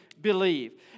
believe